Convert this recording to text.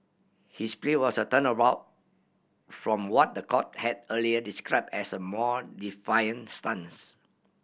his plea was a turnabout from what the court had earlier describe as a more defiant stance